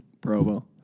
Provo